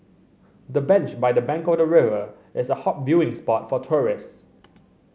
the bench by the bank of the river is a hot viewing spot for tourist